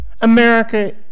America